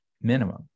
minimum